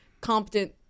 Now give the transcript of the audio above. competent